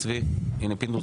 מי נגד?